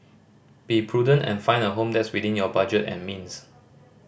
be prudent and find a home that's within your budget and means